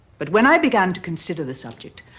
but when i began to consider the subject,